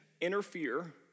interfere